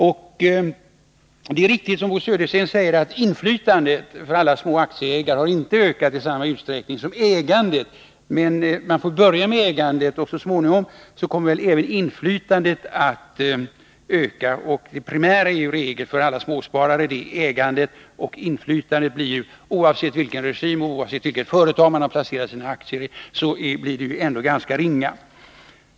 Det är riktigt som Bo Södersten säger att inflytandet för alla små aktieägare inte har ökat i samma utsträckning som ägandet, men man får börja med ägandet, så kommer väl så småningom även inflytandet att öka. Det primära för alla småsparare är i regel ägandet, och inflytandet blir, oavsett vilken regim det är och vilket företag man har placerat sina pengar i, ändå ringa.